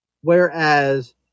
whereas